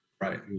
right